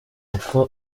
uko